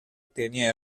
tenía